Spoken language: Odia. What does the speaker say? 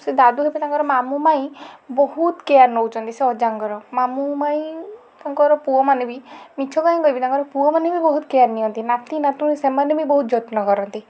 ସେ ଦାଦୁ ହେବେ ତାଙ୍କ ମାମୁଁ ମାଇଁ ବହୁତ କେୟାର୍ ନେଉଛନ୍ତି ସେ ଅଜାଙ୍କର ମାମୁଁ ମାଇଁ ତାଙ୍କର ପୁଅ ମାନେ ବି ମିଛ କାହିଁ କହିବି ତାଙ୍କର ପୁଅ ମାନେ ବି ବହୁତ କେୟାର୍ ନିଅନ୍ତି ନାତି ନାତୁଣୀ ସେମାନେ ବି ବହୁତ ଯତ୍ନ କରନ୍ତି